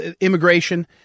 immigration